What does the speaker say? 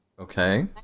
Okay